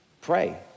Pray